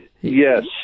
Yes